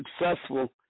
successful